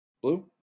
Blue